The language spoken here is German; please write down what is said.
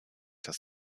dass